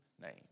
name